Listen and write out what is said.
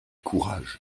courage